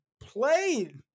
played